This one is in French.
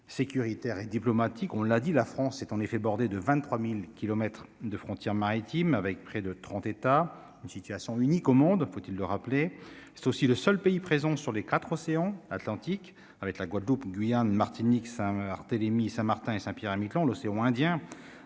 sécuritaire et diplomatique, on l'a dit, la France est en effet bordée de 23000 kilomètres de frontières maritimes avec près de 30 États une situation unique au monde, faut-il le rappeler, c'est aussi le seul pays présents sur les quatre océan Atlantique avec la Guadeloupe, Guyane, Martinique, Saint-Barthélemy, Saint-Martin et Saint-Pierre-et-Miquelon, l'océan Indien